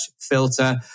filter